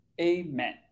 Amen